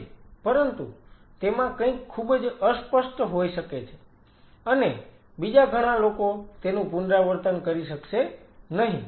પરંતુ તેમાં કંઈક ખૂબ જ અસ્પષ્ટ હોઈ શકે છે અને બીજા ઘણા લોકો તેનું પુનરાવર્તન કરી શકશે નહીં